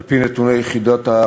2. על-פי נתוני יחידת הפיקוח,